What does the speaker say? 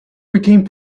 became